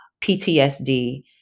PTSD